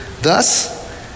Thus